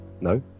No